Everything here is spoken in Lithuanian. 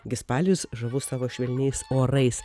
gi spalis žavus savo švelniais orais